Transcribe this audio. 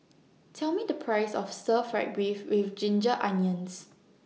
Tell Me The Price of Stir Fry Beef with Ginger Onions